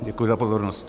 Děkuji za pozornost.